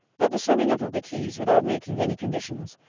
that the sending up of the keys, without making any conditions,